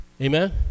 Amen